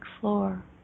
floor